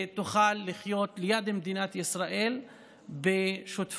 תוכל לחיות ליד מדינת ישראל בשותפות,